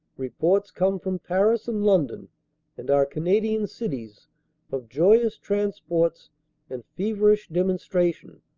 reports come from paris and london and our canadian cities of joyous transports and feverish demonstration.